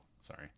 sorry